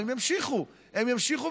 והן ימשיכו,